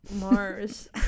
Mars